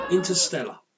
Interstellar